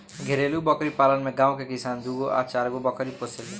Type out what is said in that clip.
घरेलु बकरी पालन में गांव के किसान दूगो आ चारगो बकरी पोसेले